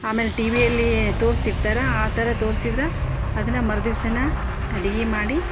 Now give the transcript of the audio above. ಆಮೇಲೆ ಟಿವಿಯಲ್ಲಿ ತೋರಿಸಿರ್ತಾರ ಆ ಥರ ತೋರಿಸಿದ್ರ ಅದನ್ನು ಮರ್ದಿವ್ಸವೇ ಅಡುಗೆ ಮಾಡಿ